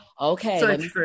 okay